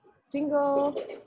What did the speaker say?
single